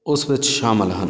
ਉਸ ਵਿੱਚ ਸ਼ਾਮਿਲ ਹਨ